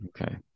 okay